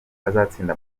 azatsinda